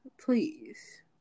Please